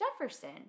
Jefferson